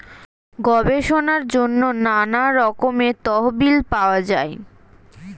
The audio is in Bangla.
গবেষণার জন্য নানা রকমের তহবিল পাওয়া যায়